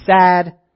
sad